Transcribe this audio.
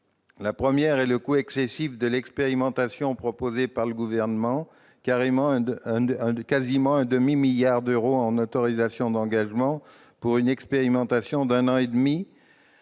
La première est le coût excessif de l'expérimentation proposée par le Gouvernement, quasiment un demi-milliard d'euros en autorisations d'engagement, pour une expérimentation d'un an et demi.